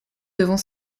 devant